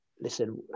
listen